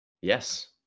Yes